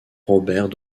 robert